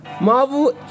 Marvel